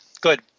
Good